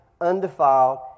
undefiled